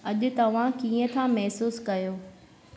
अॼु तव्हां कीअं था महिसूसु कयो